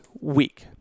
week